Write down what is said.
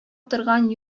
торган